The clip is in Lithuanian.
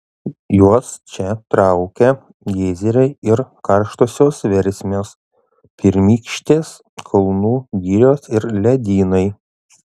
juos čia traukia geizeriai ir karštosios versmės pirmykštės kalnų girios ir ledynai